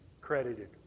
credited